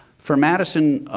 for madison,